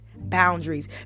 Boundaries